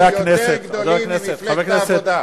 אנחנו יותר גדולים ממפלגת העבודה.